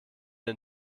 den